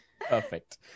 perfect